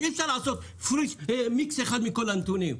אי אפשר לעשות מיקס אחד מכל הנתונים.